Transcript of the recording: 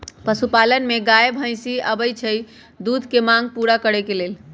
पशुपालन में गाय भइसी आबइ छइ दूध के मांग पुरा करे लेल